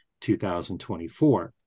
2024